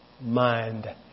mind